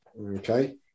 Okay